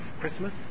Christmas